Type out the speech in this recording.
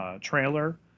trailer